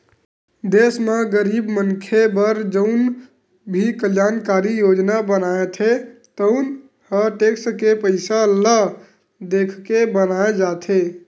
देस म गरीब मनखे बर जउन भी कल्यानकारी योजना बनथे तउन ह टेक्स के पइसा ल देखके बनाए जाथे